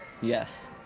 Yes